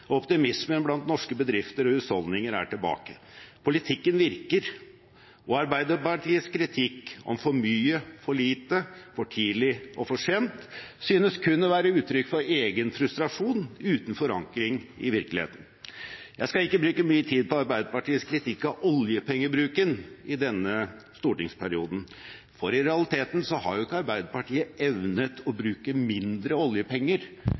optimismen blant norske bedrifter og husholdninger er tilbake. Politikken virker, og Arbeiderpartiets kritikk om for mye og for lite, for tidlig og for sent synes kun å være uttrykk for egen frustrasjon, uten forankring i virkeligheten. Jeg skal ikke bruke mye tid på Arbeiderpartiets kritikk av oljepengebruken i denne stortingsperioden, for i realiteten har jo ikke Arbeiderpartiet evnet å bruke færre oljepenger